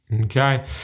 Okay